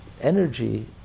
energy